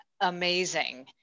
amazing